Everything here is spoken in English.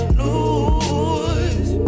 lose